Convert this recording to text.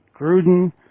Gruden